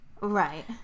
Right